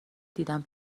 دیدم